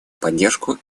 поддержку